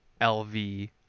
LV